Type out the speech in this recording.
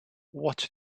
what